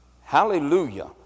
Hallelujah